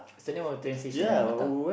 send me all the train station and Mattar